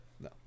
No